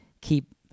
keep